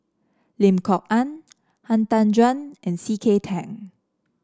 Lim Kok Ann Han Tan Juan and C K Tang